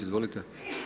Izvolite.